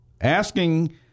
Asking